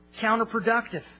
counterproductive